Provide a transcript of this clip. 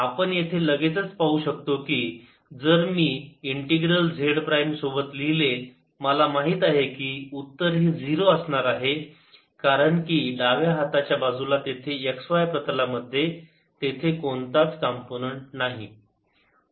आपण येथे लगेचच पाहू शकतो की जर मी ही इंटीग्रल झेड प्राईम सोबत लिहिले मला माहित आहे कि उत्तर हे 0 असणार आहे कारण की डाव्या हाताच्या बाजूला तेथे x y प्रतलामध्ये तेथे कोणताच कॉम्पोनन्ट् नाही